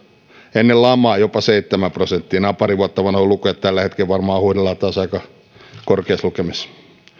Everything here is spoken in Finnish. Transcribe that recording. ennen lamaa jopa seitsemän prosenttia nämä ovat pari vuotta vanhoja lukuja niin että tällä hetkellä varmaan huidellaan taas aika korkeissa lukemissa